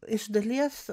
iš dalies